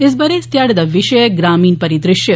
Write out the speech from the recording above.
इस ब'रे इस ध्याड़े दा विशे ऐ ग्रामीण परिदृष्य